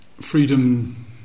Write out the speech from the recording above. freedom